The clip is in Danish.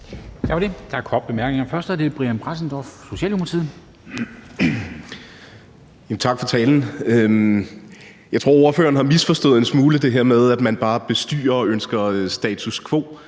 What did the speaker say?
Tak for talen. Jeg tror, at ordføreren en smule har misforstået det her med, at man bare bestyrer og ønsker status quo,